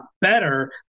better